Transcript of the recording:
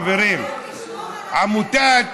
חברים: עמותת,